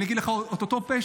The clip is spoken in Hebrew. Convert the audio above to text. אני אגיד לך: אותו פשע,